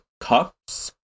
Cups